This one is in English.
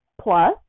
plus